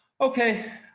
Okay